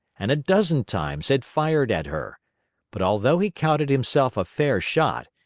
and a dozen times had fired at her but although he counted himself a fair shot,